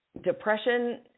depression